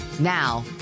now